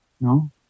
No